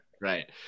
Right